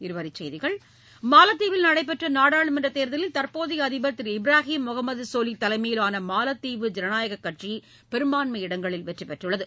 இருவரிச்செய்திகள் மாலத்தீவில் நடைபெற்ற நாடாளுமன்றத் தேர்தலில் தற்போதைய அதிபர் திரு இப்ராஹிம் முகமது சோலிஹ் தலைமையிலான மாலத்தீவு ஜனநாயகக் கட்சி பெரும்பான்மை இடங்களில் வெற்றி பெற்றுள்ளது